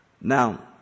Now